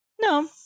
No